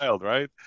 right